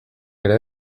ere